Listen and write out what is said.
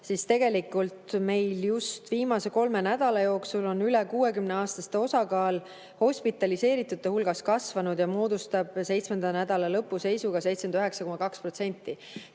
siis tegelikult meil just viimase kolme nädala jooksul on üle 60‑aastaste osakaal hospitaliseeritute hulgas kasvanud ja moodustab seitsmenda nädala lõpu seisuga 79,2%.